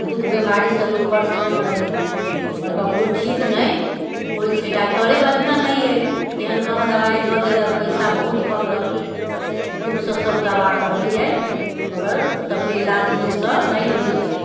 दुःख बीमारीसँ लोक परेशान अहि आओर ककरो ठीक नहि होइ छै डॉक्टरे बढ़िआँ नहि अहि केहन कहाँ दवाइ दऽ देलक पैसा बहुत कहलक दुःखसँ सभ तबाह रहैए मगर सभके इलाज नीकसँ नहि होइए